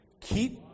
Keep